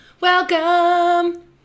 Welcome